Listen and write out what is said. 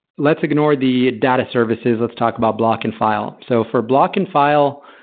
let's ignore the data services. let's talk about block and file. so for block and file,